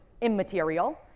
immaterial